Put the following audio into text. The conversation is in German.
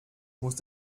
muss